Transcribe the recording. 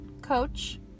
coach